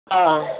अँ